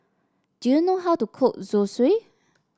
do you know how to cook Zosui